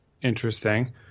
interesting